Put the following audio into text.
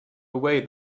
away